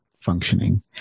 functioning